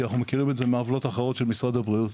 אנחנו מכירים את זה מעוולות אחרות של משרד הבריאות,